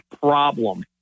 problem